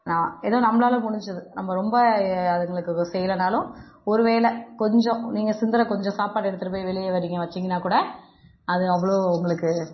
நான் ஏதோ நம்மளால முடிஞ்சது நம்ம ரொம்ப அதுங்களுக்கு செய்யலனாலும் ஒரு வேளை கொஞ்சம் நீங்கள் சிந்துகிற கொஞ்சம் சாப்பாடை எடுத்துட்டு போய் வெளியில் வரீங்க வச்சிங்கன்னா கூட அது அவ்வளோ உங்களுக்கு